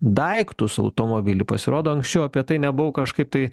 daiktus automobilių pasirodo anksčiau apie tai nebuvo kažkaip tai